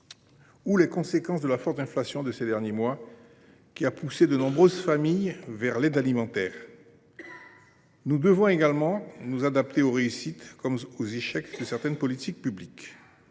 les conséquences de la forte inflation des derniers mois, qui a poussé de nombreuses familles vers l’aide alimentaire. Nous devons également nous adapter aux réussites comme aux échecs de certaines politiques publiques.